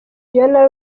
fiona